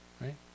Right